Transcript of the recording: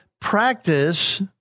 practice